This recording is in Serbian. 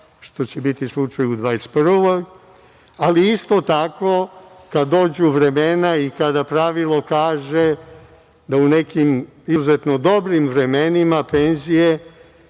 što će biti slučaj u 2021. godini. Isto tako, kada dođu vremena i kada pravilo kaže da u nekim izuzetno dobrim vremenima penzije